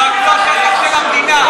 זה רק לא שטח של המדינה.